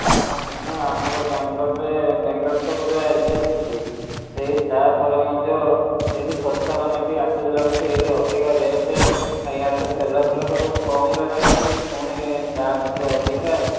ହଁ ଏଇନେ ଆମର ବାଙ୍ଗଲୋରରେ ବାଙ୍ଗଲୋର ତ ଗୋଟେ ଇଏ ସିଟି ହୋଇ ତାପରେ ମଧ୍ୟ ସେଠି ଶସ୍ତା ମାନେ ବି ଆଶ୍ଚର୍ଯ୍ୟ ଲାଗୁଛି ଏଇଠି ଅଧିକା ରେଟ୍ ଇଆଡ଼େ ତ ତେଲ ଫେଲ ରେଟ୍ କମ୍ ଅଛି ପୁଣି ଦାମ୍ ଏଠି ଅଧିକା